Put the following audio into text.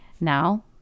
Now